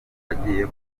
agiye